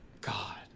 God